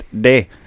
day